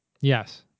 Yes